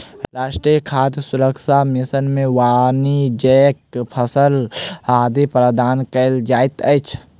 राष्ट्रीय खाद्य सुरक्षा मिशन में वाणिज्यक फसिल आदि प्रदान कयल जाइत अछि